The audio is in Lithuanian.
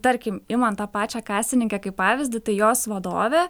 tarkim imant tą pačią kasininkę kaip pavyzdį tai jos vadovė